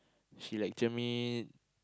she lecture me